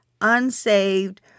unsaved